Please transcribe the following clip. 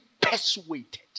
persuaded